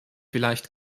vielleicht